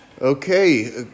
Okay